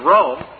Rome